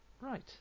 right